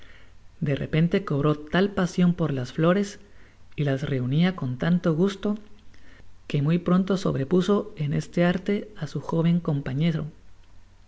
de repente cobró tal pasion por las flores y las reunia con tanto gusto que muy pronto sobrepujo en este arte á su joven compañero